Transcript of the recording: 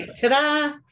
Ta-da